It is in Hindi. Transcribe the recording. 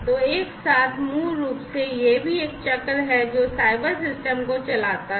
तो एक साथ मूल रूप से यह भी एक चक्र है जो साइबर सिस्टम को चलाता है